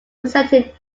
presented